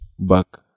back